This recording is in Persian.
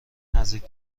نزدیک